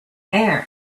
air